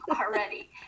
already